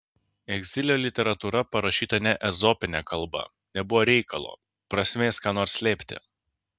egzilio literatūra parašyta ne ezopine kalba nebuvo reikalo prasmės ką nors slėpti